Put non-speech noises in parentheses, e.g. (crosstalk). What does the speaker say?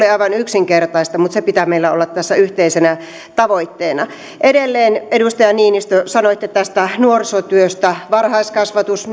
(unintelligible) ei ole aivan yksinkertaista mutta sen pitää meillä olla tässä yhteisenä tavoitteena edelleen edustaja niinistö sanoitte tästä nuorisotyöstä varhaiskasvatus (unintelligible)